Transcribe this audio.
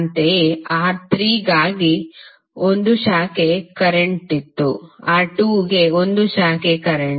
ಅಂತೆಯೇ R3 ಗೆ 1 ಶಾಖೆ ಕರೆಂಟ್ಮತ್ತು R2 ಗೆ 1 ಶಾಖೆ ಕರೆಂಟ್